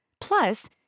Plus